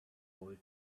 old